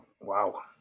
wow